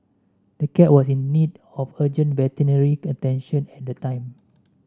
the cat was in need of urgent veterinary attention at the time